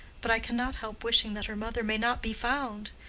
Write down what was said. but i cannot help wishing that her mother may not be found.